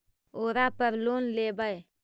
ओरापर लोन लेवै?